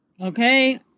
Okay